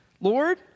Lord